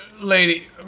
Lady